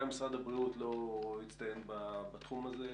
גם משרד הבריאות לא הצטיין בתחום הזה.